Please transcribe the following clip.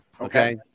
okay